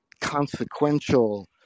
consequential